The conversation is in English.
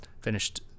finished